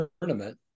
tournament